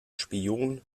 spion